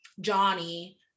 Johnny